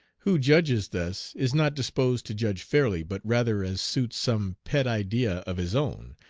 who judges thus is not disposed to judge fairly, but rather as suits some pet idea of his own,